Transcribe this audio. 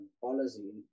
policy